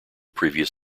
previous